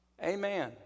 amen